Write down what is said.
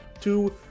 two